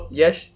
yes